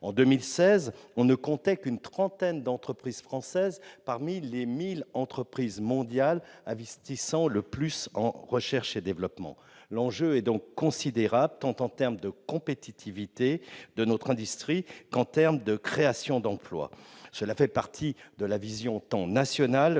En 2016, on ne comptait qu'une trentaine d'entreprises françaises parmi les 1 000 entreprises mondiales investissant le plus en recherche et développement. L'enjeu est donc considérable en termes tant de compétitivité de notre industrie que de création d'emplois. Cela fait partie de la vision nationale